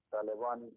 Taliban